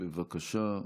בבקשה.